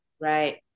Right